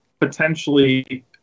potentially